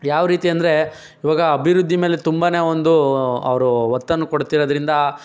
ಯಾವ ರೀತಿ ಅಂದರೆ ಇವಾಗ ಅಭಿವೃದ್ಧಿ ಮೇಲೆ ತುಂಬ ಒಂದು ಅವರು ಒತ್ತನ್ನು ಕೊಡ್ತಿರೋದ್ರಿಂದ